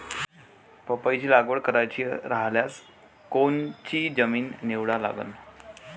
पपईची लागवड करायची रायल्यास कोनची जमीन निवडा लागन?